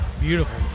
beautiful